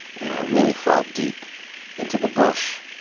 and i really fall deep into the bush.